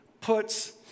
puts